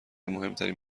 مهمترین